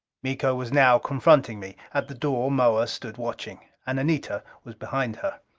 miko was now confronting me at the door moa stood watching. and anita was behind her.